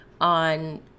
on